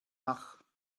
ach